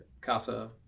CASA